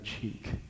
cheek